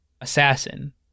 assassin